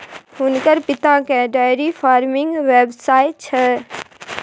हुनकर पिताकेँ डेयरी फार्मिंगक व्यवसाय छै